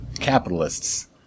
capitalists